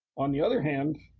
on the other hand,